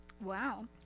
Wow